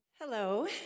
Hello